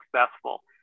successful